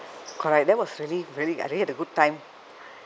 correct that was really really I really had a good time